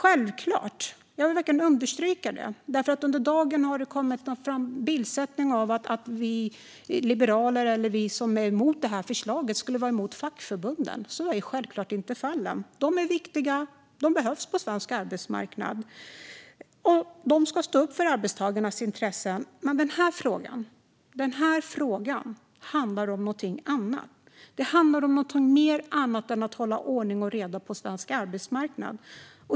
Under dagen har det framkommit något slags bild av att vi liberaler och vi som är emot det här förslaget skulle vara emot fackförbunden. Så är självklart inte fallet. De är viktiga och behövs på svensk arbetsmarknad, och de ska stå upp för arbetstagarnas intressen. Men den här frågan handlar om någonting annat. Den handlar om något mer än att ha ordning och reda på svensk arbetsmarknad.